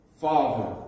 Father